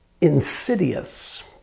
insidious